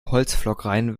holzpflockreihen